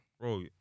Bro